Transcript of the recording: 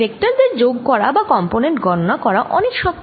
vector দের যোগ করা বা কম্পোনেন্ট গণনা করা অনেক শক্ত